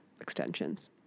extensions